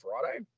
Friday